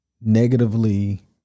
negatively